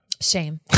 Shame